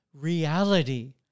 reality